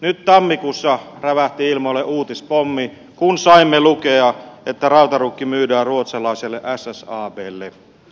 nyt tammikuussa rävähti ilmoille uutispommi kun saimme lukea että rautaruukki myydään ruotsalaiselle ssablle